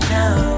now